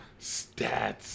stats